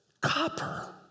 copper